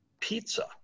pizza